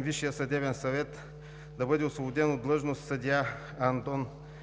Висшия съдебен съвет да бъде освободен от длъжност съдия Андон